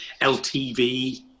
LTV